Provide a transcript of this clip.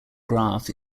graph